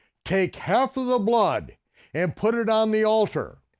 take half of the blood and put it on the altar.